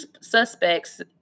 suspects